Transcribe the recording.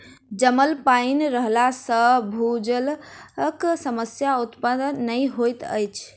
जमल पाइन रहला सॅ भूजलक समस्या उत्पन्न नै होइत अछि